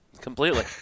completely